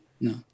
No